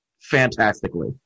fantastically